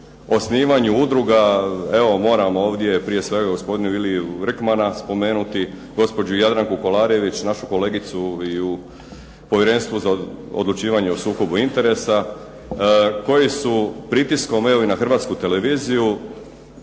osnivanju udruga. Evo, moram ovdje prije svega gospodina Iliju Rkmana spomenuti, gospođu Jadranku Kolarević našu kolegicu i u Povjerenstvu za odlučivanje o sukobu interesa koji su pritiskom evo i na Hrvatsku televiziju